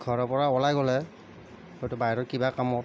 ঘৰৰ পৰা ওলাই গ'লে হয়তো বাহিৰত কিবা কামত